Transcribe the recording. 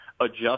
adjust